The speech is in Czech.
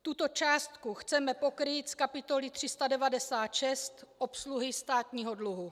Tuto částku chceme pokrýt z kapitoly 396 Obsluha státního dluhu.